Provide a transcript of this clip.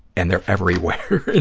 and they're everywhere,